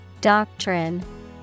Doctrine